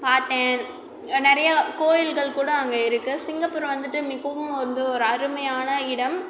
பார்த்தேன் நிறைய கோவில்கள் கூட அங்கே இருக்குது சிங்கப்பூரை வந்துட்டு மிகவும் வந்து ஒரு அருமையான இடம்